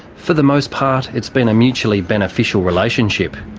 for the most part, it's been a mutually beneficial relationship,